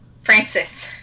Francis